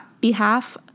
behalf